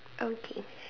okay